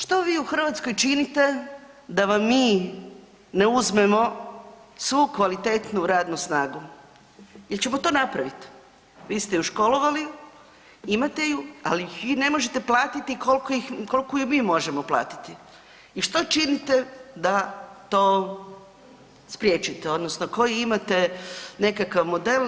Što vi u Hrvatskoj činite da vam mi ne uzmemo svu kvalitetnu radnu snagu jer ćemo to napraviti, vi ste ju školovali, imate ju, ali ih vi ne možete platiti koliko ju mi možemo platiti i što činite da to spriječite odnosno koji imate nekakav model?